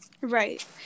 Right